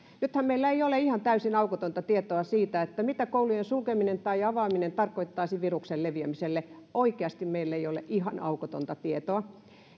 nythän meillä ei ole ihan täysin aukotonta tietoa siitä mitä koulujen sulkeminen tai avaaminen tarkoittaisi viruksen leviämiselle oikeasti meillä ei ole ihan aukotonta tietoa